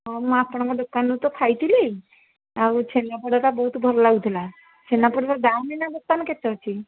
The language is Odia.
ହଁ ମୁଁ ଆପଣଙ୍କ ଦୋକାନରୁ ତ ଖାଇଥିଲି ଆଉ ଛେନାପୋଡ଼ଟା ବହୁତ ଭଲ ଲାଗୁଥିଲା ଛେନାପୋଡ଼ର ଦାମ ଏଇନା ଦୋକାନରେ କେତେ ଅଛି